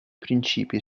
principi